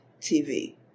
TV